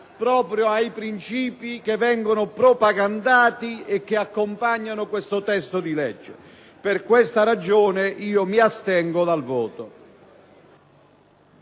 dei principi che vengono propagandati e che accompagnano il testo di legge. Per questa ragione, mi asterrò dal voto.